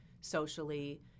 socially